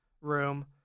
room